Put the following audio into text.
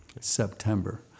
September